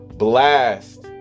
Blast